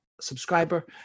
subscriber